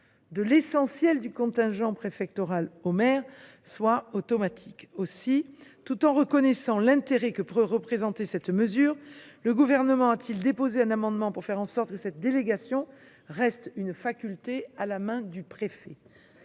de l’essentiel du contingent préfectoral au maire soit automatique. Aussi, tout en reconnaissant l’intérêt que peut représenter cette mesure, le Gouvernement a déposé un amendement visant à faire en sorte que cette délégation reste une faculté à la main du préfet.